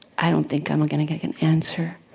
i don't think i'm ah going to get an answer.